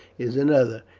is another.